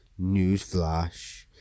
newsflash